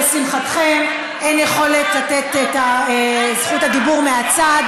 לשמחתכם: אין יכולת לתת את זכות הדיבור מהצד.